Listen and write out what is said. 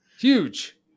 Huge